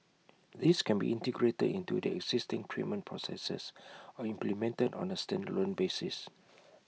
these can be integrated into their existing treatment processes or implemented on A standalone basis